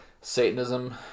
Satanism